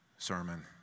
sermon